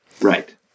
Right